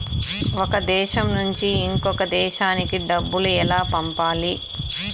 ఒక దేశం నుంచి ఇంకొక దేశానికి డబ్బులు ఎలా పంపాలి?